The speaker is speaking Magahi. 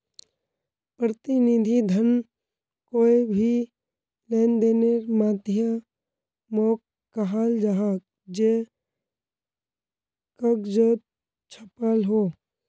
प्रतिनिधि धन कोए भी लेंदेनेर माध्यामोक कहाल जाहा जे कगजोत छापाल हो